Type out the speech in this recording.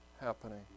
happening